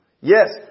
yes